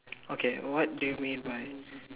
okay what do you mean by